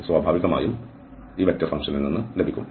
ഇത് സ്വാഭാവികമായും ഈ വെക്റ്റർ ഫംഗ്ഷനിൽ നിന്ന് വരും